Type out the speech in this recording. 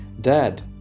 Dad